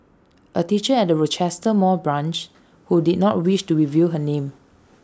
A teacher at the Rochester mall branch who did not wish to reveal her name